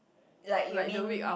like you mean